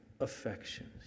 affections